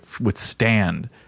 withstand